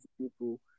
people